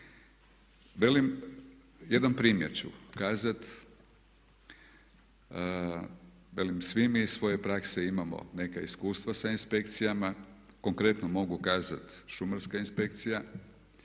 jedan primjer ću kazat, velim svi mi iz svoje prakse imamo neka iskustva sa inspekcijama, konkretno mogu kazat Šumarska inspekcija,